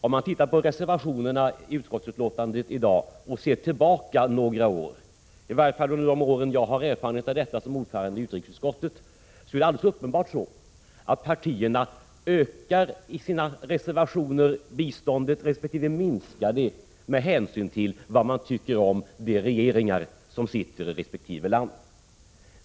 Om man tittar på reservationerna i utskottsbetänkandet i dag och ser tillbaka några år — i varje fall de år under vilka jag har erfarenhet av dessa frågor som ordförande i utrikesutskottet — är det alldeles uppenbart så, att partierna i sina reservationer vill öka resp. minska biståndet med hänsyn till vad man tycker om de regeringar som sitter i resp. land.